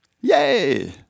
Yay